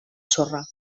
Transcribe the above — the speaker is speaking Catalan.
sorra